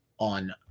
on